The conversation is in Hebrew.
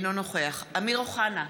אינו נוכח אמיר אוחנה,